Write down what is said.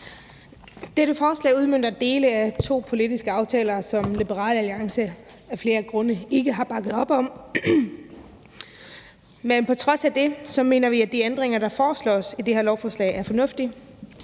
Dette forslag udmønter dele af to politiske aftaler, som Liberal Alliance af flere grunde ikke har bakket op om, men på trods af det mener vi, at de ændringer, der foreslås i det her lovforslag, er fornuftige.